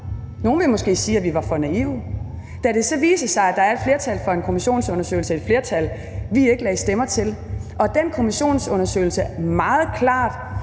Nogle vil måske sige, at vi var for naive. Da det så viser sig, at der er et flertal for en kommissionsundersøgelse – et flertal, vi ikke lagde stemmer til – og at den kommissionsundersøgelse meget klart